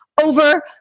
over